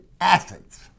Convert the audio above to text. acids